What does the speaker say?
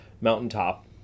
mountaintop